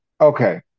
Okay